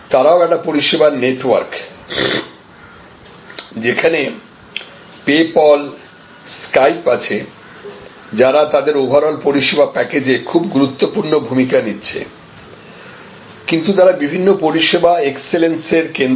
তারাও একটি পরিষেবার নেটওয়ার্ক যেখানে PayPal স্কাইপ আছে যারা তাদের ওভারঅল পরিষেবা প্যাকেজে খুব গুরুত্বপূর্ণ ভূমিকা নিচ্ছে কিন্তু তারা বিভিন্ন পরিষেবা এক্সেলেন্সের কেন্দ্র